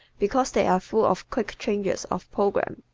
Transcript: because they are full of quick changes of program.